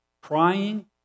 Crying